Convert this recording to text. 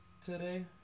today